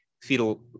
fetal